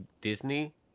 Disney